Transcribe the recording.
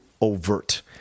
overt